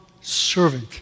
servant